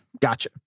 Gotcha